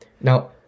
Now